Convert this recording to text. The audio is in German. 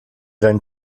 dein